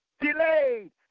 delayed